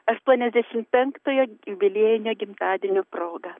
aštuoniasdešimt penktojo jubiliejinio gimtadienio proga